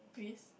please